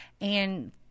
and-